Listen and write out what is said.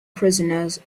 prisoners